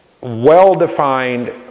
well-defined